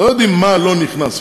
לא יודעים מה לא נכנס,